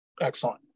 excellent